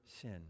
sin